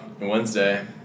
Wednesday